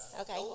Okay